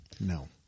No